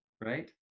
Right